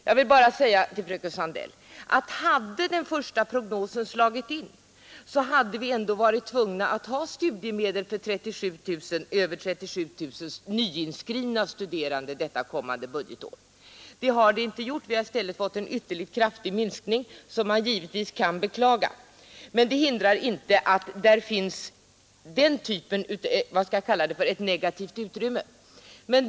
Jag vill bara säga till fröken Sandell, att hade den första prognosen slagit in så hade vi ändå varit tvungna att ha studiemedel för över 37 000 nyinskrivna studerande detta kommande budgetår. Det har den inte gjort; vi har i stället fått en ytterligt kraftig minskning. Det kan man givetvis beklaga, men det hindrar inte att det finns ett negativt utrymme.